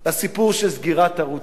לסיפור של סגירת ערוץ-10.